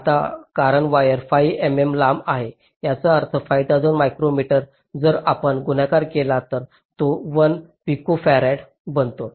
आता कारण वायर 5 मिमी लांब आहे याचा अर्थ 5000 मायक्रोमीटर जर आपण गुणाकार केला तर तो 1 पिकोफारड बनतो